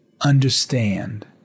understand